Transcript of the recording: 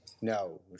No